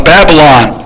Babylon